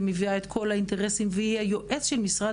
מביאה את כל האינטרסים והיא היועץ של משרד